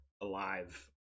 alive